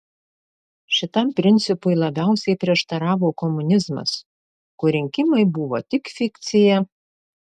šitam principui labiausiai prieštaravo komunizmas kur rinkimai buvo tik fikcija